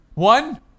One